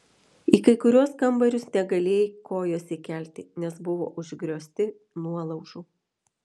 į kai kuriuos kambarius negalėjai kojos įkelti nes buvo užgriozti nuolaužų